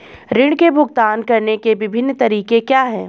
ऋृण के भुगतान करने के विभिन्न तरीके क्या हैं?